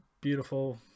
beautiful